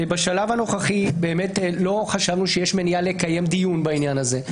בשלב הנוכחי לא חשבנו שיש מניעה לקיים דיון בעניין הזה.